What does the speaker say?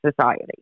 society